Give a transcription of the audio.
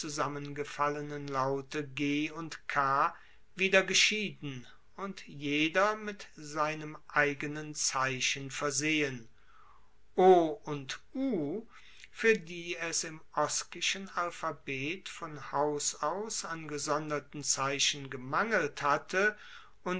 zusammengefallenen laute g und k wieder geschieden und jeder mit seinem eigenen zeichen versehen o und u fuer die es im oskischen alphabet von haus aus an gesonderten zeichen gemangelt hatte